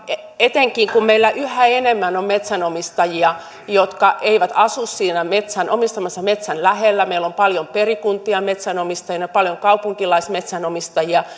etenkään kun meillä yhä enemmän on metsänomistajia jotka eivät asu siinä omistamansa metsän lähellä meillä on paljon perikuntia metsänomistajina paljon kaupunkilaismetsänomistajia